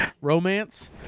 romance